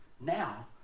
now